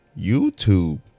YouTube